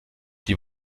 die